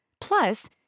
Plus